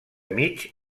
mig